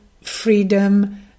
freedom